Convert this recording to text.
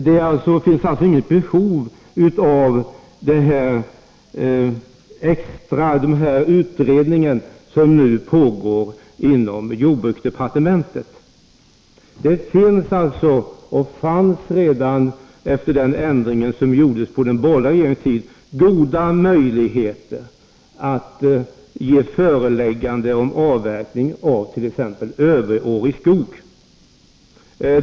Det finns alltså inget behov av den utredning som nu pågår inom jordbruksdepartementet. Det finns, och fanns redan efter den ändring som gjordes på den borgerliga regeringens tid, goda möjligheter att ge föreläggande om avverkning av t.ex. överårig skog.